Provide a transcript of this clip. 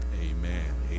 amen